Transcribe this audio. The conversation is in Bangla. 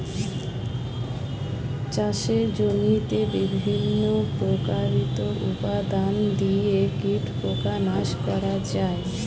চাষের জমিতে বিভিন্ন প্রাকৃতিক উপাদান দিয়ে কীটপতঙ্গ নাশ করা হয়